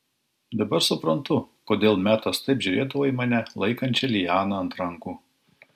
dabar suprantu kodėl metas taip žiūrėdavo į mane laikančią lianą ant rankų